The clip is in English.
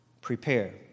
prepare